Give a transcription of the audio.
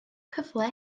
cyfle